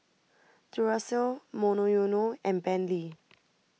Duracell Monoyono and Bentley